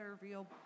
real